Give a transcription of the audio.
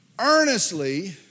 earnestly